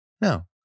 no